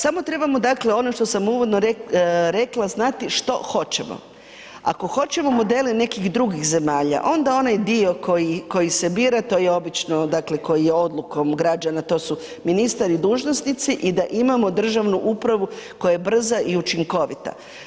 Samo trebamo, dakle, ono što sam uvodno rekla, znati što hoćemo, ako hoćemo modele nekih drugih zemalja, onda onaj dio koji se bira, to je obično, dakle, koji je odlukom građana, to su ministar i dužnosnici i da imamo državnu upravu, koja je brza i učinkovita.